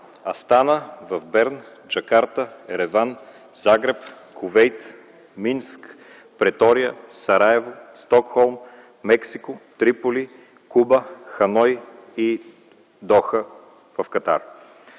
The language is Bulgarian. Астана, Берн, Джакарта, Ереван, Загреб, Кувейт, Минск, Претория, Сараево, Стокхолм, Мексико, Триполи, Куба, Ханой и Доха в Катар.